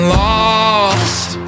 lost